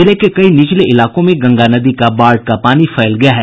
जिले के कई निचले इलाकों में गंगा नदी का बाढ़ का पानी फैल गया है